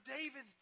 David